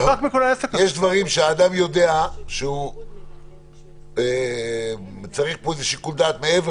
יש דברים שאדם יודע שהוא צריך פה איזשהו שיקול דעת מעבר